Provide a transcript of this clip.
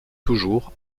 toujours